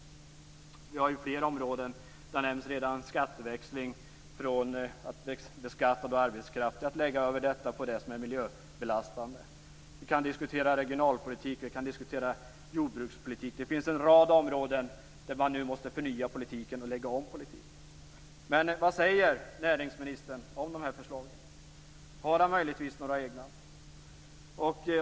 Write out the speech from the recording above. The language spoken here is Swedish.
Vi har flera förslag. Redan har nämnts skatteväxling från att beskatta arbetskraft till att lägga skatt på det som är miljöbelastande. Vi kan diskutera regionalpolitik och jordbrukspolitik. Det finns en rad områden där man nu måste förnya politiken och lägga om den. Vad säger näringsministern om dessa förslag? Har han möjligtvis några egna?